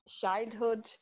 childhood